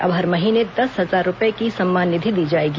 अब हर महीने दस हजार रूपए की सम्मान निधि दी जाएगी